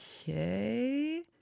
Okay